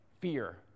Fear